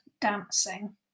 Dancing